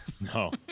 No